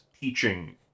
teaching